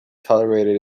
tolerated